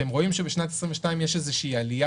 אתם רואים שבשנת 2022 יש איזושהי עלייה